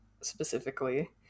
specifically